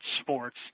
sports